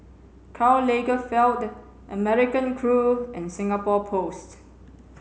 karl Lagerfeld American Crew and Singapore Post